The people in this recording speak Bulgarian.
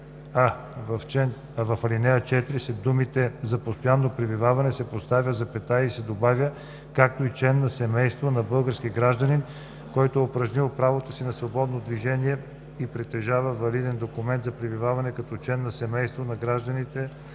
4 след думите „за постоянно пребиваване“ се поставя запетая и се добавя „както и член на семейство на български гражданин, който е упражнил правото си на свободно движение и притежава валиден документ за пребиваване като член на семейство на гражданин